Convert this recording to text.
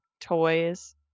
toys